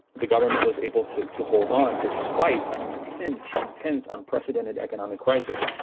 the government was able to to hold on, despite an intense intense unprecedented economic crisis.